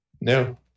No